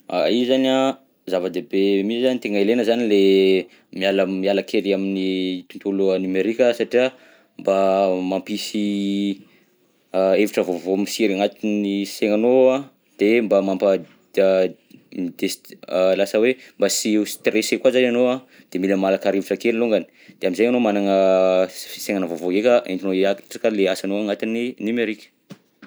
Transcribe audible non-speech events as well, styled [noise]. [hesitation] I zany an, zava-dehibe mi zany, tegna ilegna zany le miala, miala kely amin'ny tontolo numerika, satria mba mampisy [hesitation] hevitra vaovao misiry agnatin'ny saignanao an, de mba mampa [hesitation] midestre- lasa hoe mba sy ho stressé koa zany agnao an de mila malaka rivotra kely longany de amizay agnao managna fisaignana vaovao ndreka entinao hiatrika le asanao agnatin'ny numerika.